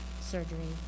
surgery